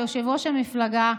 יושב-ראש המפלגה,